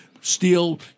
steal